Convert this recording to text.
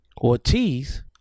Ortiz